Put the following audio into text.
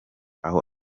aho